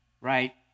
right